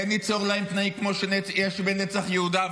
כן ניצור להם תנאים כמו שיש בנצח יהודה,